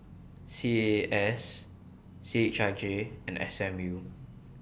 C A A S C H I J and S M U